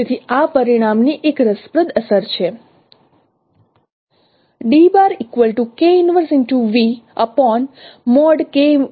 તેથી આ પરિણામની એક રસપ્રદ અસર છે